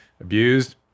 abused